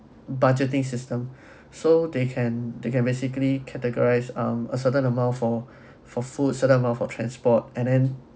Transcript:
budgeting system so they can they can basically categorized um a certain amount for for food certain amount for transport and then